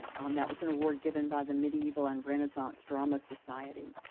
that was an award given by the medieval and renaissance drama society.